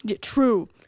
True